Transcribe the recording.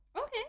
Okay